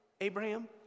Abraham